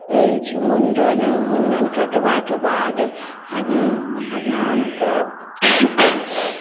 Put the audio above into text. अछि मुंडन मुंडन कटबाक बाद हजाम के